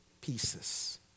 pieces